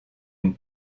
une